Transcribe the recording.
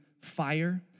fire